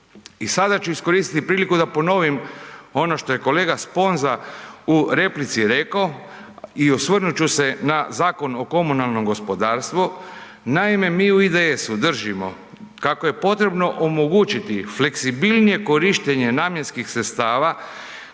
I sada ću iskoristiti priliku da ponovim ono što je kolega Sponza u replici reko i osvrnut ću se na Zakon o komunalnom gospodarstvu. Naime, mi u IDS-u držimo kako je potrebno omogućiti fleksibilnije korištenje namjenskih sredstava